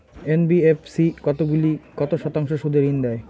NBFC কতগুলি কত শতাংশ সুদে ঋন দেয়?